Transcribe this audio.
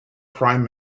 prime